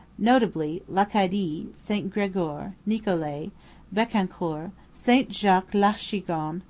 notably l'acadie, st gregoire, nicolet, becancour, st jacques-l'achigan,